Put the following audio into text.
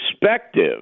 perspective